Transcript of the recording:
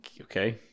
okay